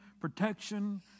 protection